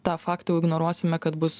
tą faktą jau ignoruosime kad bus